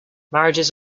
marriages